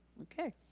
okay,